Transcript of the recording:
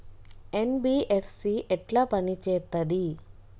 NBFC ఎట్ల పని చేత్తది?